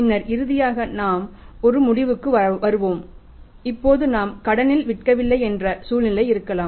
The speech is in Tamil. பின்னர் இறுதியாக நாம் ஒரு முடிவுகளுக்கு வருவோம் இப்போது நாம் கடனில் விற்கவில்லை என்ற சூழ்நிலை இருக்கலாம்